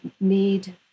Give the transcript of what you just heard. need